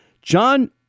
John